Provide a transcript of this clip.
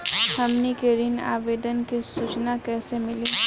हमनी के ऋण आवेदन के सूचना कैसे मिली?